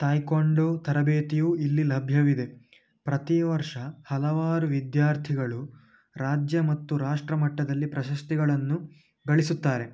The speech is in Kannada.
ಥಾಯ್ಕೊಂಡೊ ತರಬೇತಿಯು ಇಲ್ಲಿ ಲಭ್ಯವಿದೆ ಪ್ರತಿ ವರ್ಷ ಹಲವಾರು ವಿದ್ಯಾರ್ಥಿಗಳು ರಾಜ್ಯ ಮತ್ತು ರಾಷ್ಟ್ರಮಟ್ಟದಲ್ಲಿ ಪ್ರಶಸ್ತಿಗಳನ್ನು ಗಳಿಸುತ್ತಾರೆ